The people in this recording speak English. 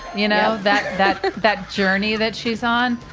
you know, that that that journey that she's on,